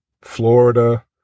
Florida